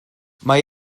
mae